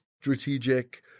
strategic